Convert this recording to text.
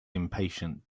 impatient